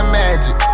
magic